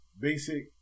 basic